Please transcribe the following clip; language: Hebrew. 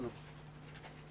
שלום לכולם.